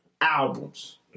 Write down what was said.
albums